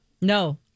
No